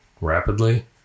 rapidly